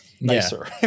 nicer